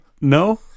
No